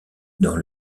dans